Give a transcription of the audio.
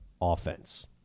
offense